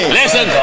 listen